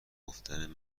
گفتن